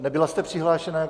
Nebyla jste přihlášena?